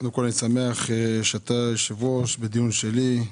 אני שמח שאתה היושב ראש בדיון שאני הגשתי.